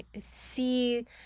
see